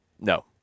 No